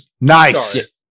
Nice